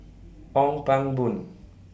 Ong Pang Boon